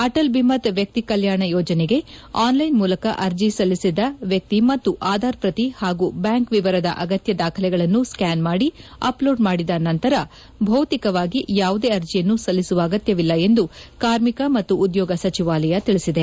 ಅಟಲ್ ಬೀಮತ್ ವ್ಯಕ್ತಿ ಕಲ್ಯಾಣ ಯೋಜನೆಗೆ ಆನ್ ಲೈನ್ ಮೂಲಕ ಅರ್ಜಿ ಸಲ್ಲಿಸಿದ ವ್ಯಕ್ತಿ ಮತ್ತು ಆಧಾರ್ ಪ್ರತಿ ಹಾಗೂ ಬ್ಯಾಂಕ್ ವಿವರದ ಅಗತ್ಯ ದಾಖಲೆಗಳನ್ನು ಸ್ಲಾನ್ ಮಾದಿ ಅಪ್ ಲೋಡ್ ಮಾದಿದ ನಂತರ ಭೌತಿಕವಾಗಿ ಯಾವುದೇ ಅರ್ಜಿಯನ್ನು ಸಲ್ಲಿಸುವ ಅಗತ್ಯವಿಲ್ಲ ಎಂದು ಕಾರ್ಮಿಕ ಮತ್ತು ಉದ್ಯೋಗ ಸಚಿವಾಲಯ ಹೇಳಿದೆ